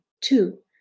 Two